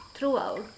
Throughout